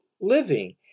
living